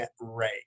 rate